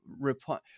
reply